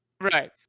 Right